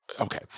Okay